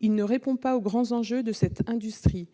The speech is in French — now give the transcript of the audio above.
Il ne répond pas aux grands enjeux de cette industrie.